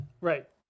Right